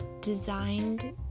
designed